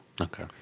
Okay